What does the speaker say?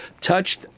touched